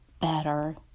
better